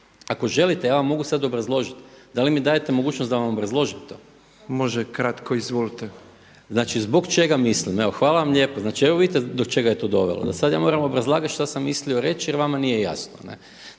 Ako želite ja vam mogu sada obrazložiti. Da li mi dajete mogućnost da vam obrazložim to? **Petrov, Božo (MOST)** Može kratko. Izvolite! **Maras, Gordan (SDP)** Znači, zbog čega mislim. Hvala lijepo. Evo vidite do čega je to dovelo da ja sad moram obrazlagati šta sam mislio reći jer vama nije jasno.